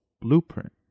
blueprint